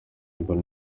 mbona